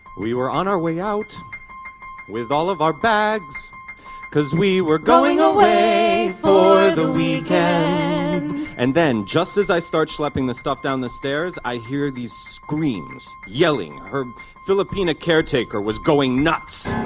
we were on our way out with all of our bags cuz we were going away for the weekend and then, just as i start schlepping the stuff down the stairs, i hear these screams, yelling. her filipina caretaker, was going nuts